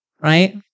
Right